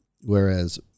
Whereas